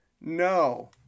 No